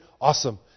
awesome